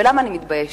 ולמה אני מתביישת?